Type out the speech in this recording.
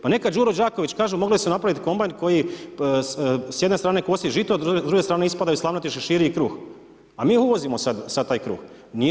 Pa neka Đuro Đaković kaže, moglo je se napraviti kombajn, koji s jedne strane kosi žito, s druge strane ispadaju slamnati šeširi i kruh, a mi uvozimo sav taj kruh.